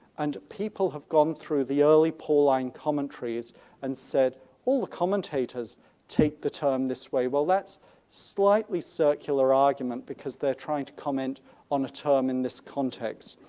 and people have gone through the early pauline commentaries and said all the commentators take the term this way. well that's a slightly circular argument because they're trying to comment on a term in this context.